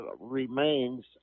remains